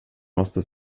måste